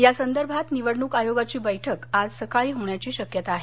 यासंदर्भात निवडणूक आयोगाची बैठक आज सकाळी होण्याची शक्यता आहे